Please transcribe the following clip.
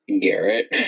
Garrett